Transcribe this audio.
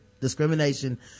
discrimination